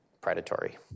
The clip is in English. predatory